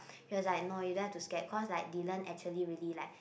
he was like no you don't have to scare because like Dylan actually really like